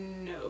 No